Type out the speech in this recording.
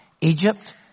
Egypt